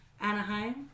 Anaheim